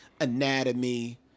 anatomy